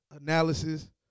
analysis